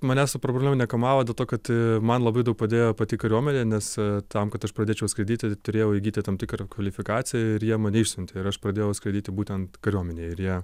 manęs ta problema nekamavo dėl to kad man labai daug padėjo pati kariuomenė nes tam kad aš pradėčiau skraidyti turėjau įgyti tam tikrą kvalifikaciją ir jie mane išsiuntė ir aš pradėjau skaityti būtent kariuomenėj ir jie